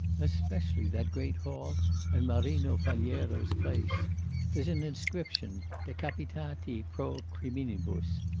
especially that great hall and marino faliero's place there's an inscription decapitati pro criminibus.